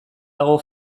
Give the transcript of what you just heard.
dago